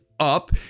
up